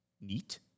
neat